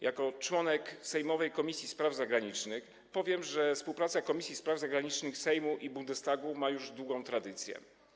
Jako członek sejmowej Komisji Spraw Zagranicznych powiem, że współpraca Komisji Spraw Zagranicznych Sejmu i Bundestagu ma już długą tradycję.